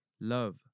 love